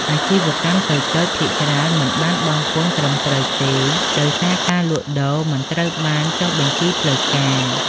អាជីវកម្មតូចៗភាគច្រើនមិនបានបង់ពន្ធត្រឹមត្រូវទេ ដោយសារការលក់ដូរមិនត្រូវបានចុះបញ្ជីផ្លូវការ។